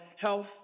Health